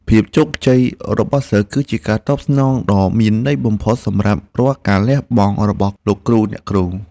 ភាពជោគជ័យរបស់សិស្សគឺជាការតបស្នងដ៏មានន័យបំផុតសម្រាប់រាល់ការលះបង់របស់លោកគ្រូអ្នកគ្រូ។